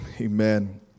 Amen